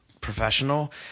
professional